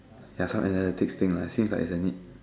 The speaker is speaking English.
ya some analytics thing lah since like it's a need